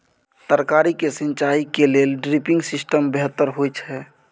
तरकारी के सिंचाई के लेल ड्रिपिंग सिस्टम बेहतर होए छै?